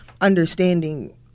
understanding